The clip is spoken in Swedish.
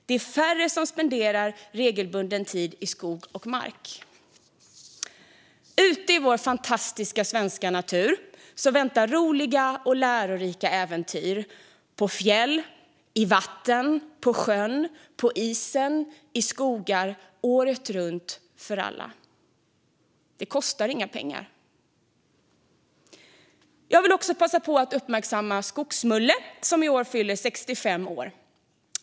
Det är färre som regelbundet spenderar tid i skog och mark. Ute i vår fantastiska svenska natur väntar roliga och lärorika äventyr på fjäll, i vatten, på sjön, på isen och i skogar - året runt, för alla. Det kostar ingenting. Jag vill också passa på att uppmärksamma Skogsmulle, som i år fyller 65 år.